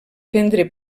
prendre